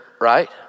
right